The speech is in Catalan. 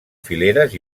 fileres